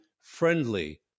friendly